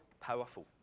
powerful